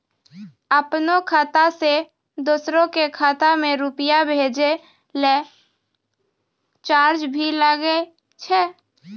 आपनों खाता सें दोसरो के खाता मे रुपैया भेजै लेल चार्ज भी लागै छै?